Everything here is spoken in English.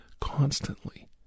constantly